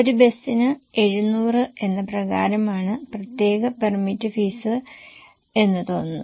ഒരു ബസ്സിന് 700 എന്ന പ്രകാരമാണ് പ്രത്യേക പെർമിറ്റ് ഫീസ് എന്ന് തോന്നുന്നു